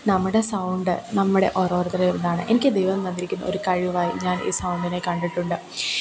നമ്മുടെ സൗണ്ട് നമ്മുടെ ഓരോരുത്തരോടാണ് എനിക്ക് ദൈവം തന്നിരിക്കുന്ന ഒരു കഴിവായി ഞാൻ ഈ സൗണ്ടിനെ കണ്ടിട്ടുണ്ട്